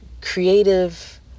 creative